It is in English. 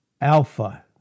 alpha